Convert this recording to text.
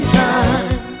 time